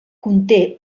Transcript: conté